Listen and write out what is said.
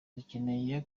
dukeneye